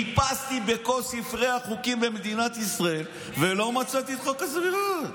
חיפשתי בכל ספרי החוקים במדינת ישראל ולא מצאתי את חוק הסבירות.